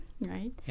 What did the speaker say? right